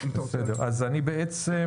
בסדר, אם אתה רוצה להצביע.